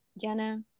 Jenna